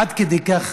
עד כדי כך.